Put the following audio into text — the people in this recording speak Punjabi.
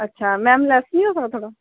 ਅੱਛਾ ਮੈਮ ਲੈਸ ਨਹੀਂ ਹੋ ਸਕਦਾ ਥੋੜ੍ਹਾ